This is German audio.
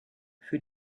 für